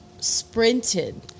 sprinted